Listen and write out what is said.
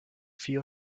vier